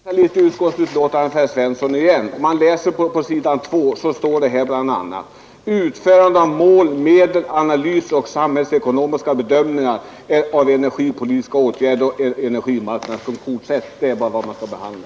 Herr talman! Jag måste än en gång för herr Svensson i Malmö läsa upp ur utskottets betänkande. På s. 2 står bl.a. ”Utförande av mål/medel-analyser och samhällsekonomiska bedömningar av energipolitiska åtgärder och energimarknadens funktionssätt.” Det är vad man skall behandla.